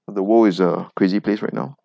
the world is a crazy place right now